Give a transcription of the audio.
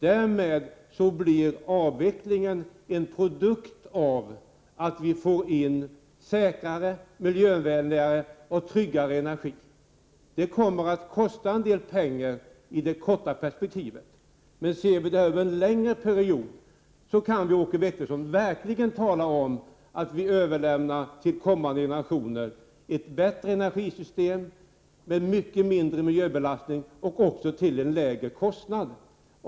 Därmed blir avvecklingen en produkt av att vi får säkrare, miljövänligare och tryggare energi. Det kommer att kosta en del pengar i det korta perspektivet, men om vi ser det över en längre period kan vi verkligen, Åke Wictorsson, tala om att vi överlämnar till kommande generationer ett bättre energisystem med mycket mindre miljöbelastning och till en lägre kostnad.